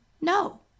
no